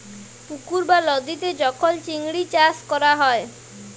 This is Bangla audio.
পুকুর বা লদীতে যখল চিংড়ি চাষ ক্যরা হ্যয়